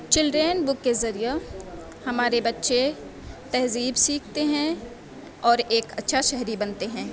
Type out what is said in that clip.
children book کے ذریعہ ہمارے بچے تہذیب سیکھتے ہیں اور ایک اچھا شہری بنتے ہیں